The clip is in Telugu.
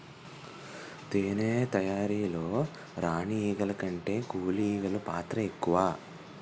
తేనె తయారీలో రాణి ఈగల కంటే కూలి ఈగలు పాత్ర ఎక్కువ